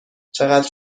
چقدر